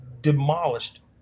demolished